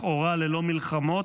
לכאורה, ללא מלחמות?